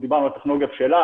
לגמרי.